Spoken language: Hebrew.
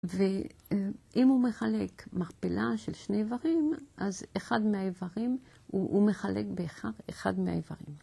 ואם הוא מחלק מכפלה של שני איברים אז אחד מהאיברים הוא מחלק באחד, אחד מהאיברים.